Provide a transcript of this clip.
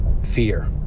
fear